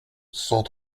cent